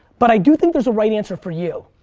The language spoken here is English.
but i do think there's a right answer for you.